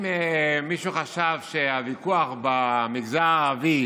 אם מישהו חשב שהוויכוח במגזר הערבי